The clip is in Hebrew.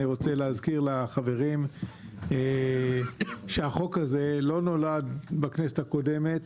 אני רוצה להזכיר לחברים שהחוק הזה לא נולד בכנסת הקודמת,